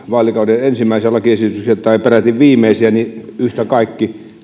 vaalikauden ensimmäisiä lakiesityksiä tai peräti viimeisiä yhtä kaikki